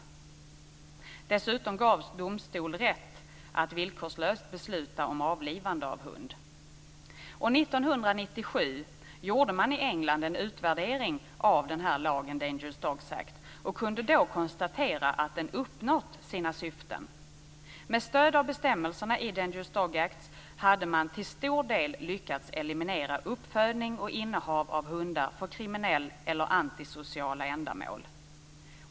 Dessutom gavs domstol rätt att villkorslöst besluta om avlivande av hund. År 1997 gjordes i England en utvärdering av den här lagen, Dangerous Dogs Act. Man kunde då konstatera att syftena med den hade uppnåtts. Med stöd av bestämmelserna i Dangerous Dogs Act hade man till stor del lyckats eliminera uppfödning och innehav av hundar för kriminella eller "antisociala" ändamål.